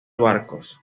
barcos